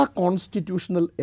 constitutional